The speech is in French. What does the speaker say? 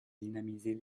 dynamiser